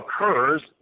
occurs